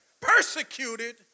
Persecuted